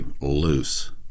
loose